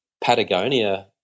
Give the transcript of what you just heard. Patagonia